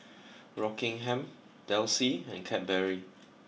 Rockingham Delsey and Cadbury